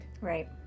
Right